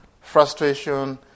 frustration